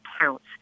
counts